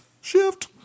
Shift